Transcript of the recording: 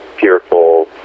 Fearful